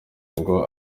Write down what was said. ngo